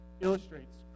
illustrates